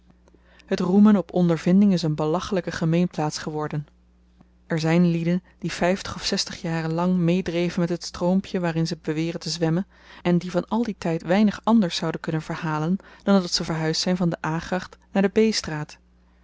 het roemen op ondervinding is een belachelyke gemeenplaats geworden er zyn lieden die vyftig of zestig jaren lang meedreven met het stroompje waarin ze beweren te zwemmen en die van al dien tyd weinig anders zouden kunnen verhalen dan dat ze verhuisd zyn van de a gracht naar de b straat